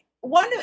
One